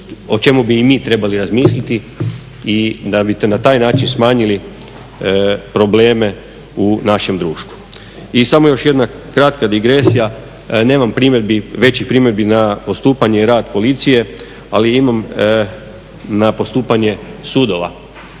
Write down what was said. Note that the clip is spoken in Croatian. o čemu bi i mi trebali razmisliti da bi na taj način smanjili probleme u našem društvu. I samo još jedna kratka digresija, nemam primjedbi, većih primjedbi na postupanje i rad policije, ali imam na postupanje sudova.